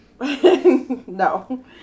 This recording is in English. No